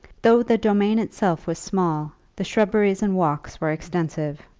though the domain itself was small, the shrubberies and walks were extensive.